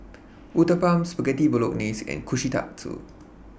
Uthapam Spaghetti Bolognese and Kushikatsu